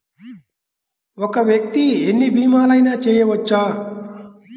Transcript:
ఒక్క వ్యక్తి ఎన్ని భీమలయినా చేయవచ్చా?